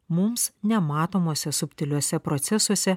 mums nematomose subtiliuose procesuose